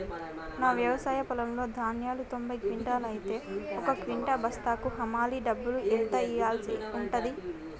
నా వ్యవసాయ పొలంలో ధాన్యాలు తొంభై క్వింటాలు అయితే ఒక క్వింటా బస్తాకు హమాలీ డబ్బులు ఎంత ఇయ్యాల్సి ఉంటది?